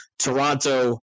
Toronto